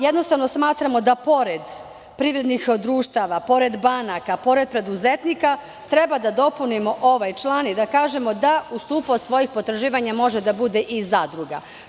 Jednostavno, smatramo da pored privrednih društava, banaka, preduzetnika, treba da dopunimo ovaj član i da kažemo da ustupaoc svojih potraživanja može da bude i zadruga.